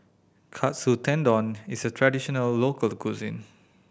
Katsu Tendon is a traditional local cuisine